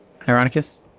Ironicus